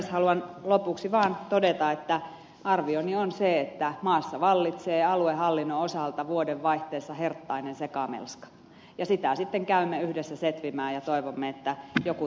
haluan lopuksi vaan todeta että arvioni on se että maassa vallitsee aluehallinnon osalta vuodenvaihteessa herttainen sekamelska ja sitä sitten käymme yhdessä setvimään ja toivomme että joku tolkku syntyy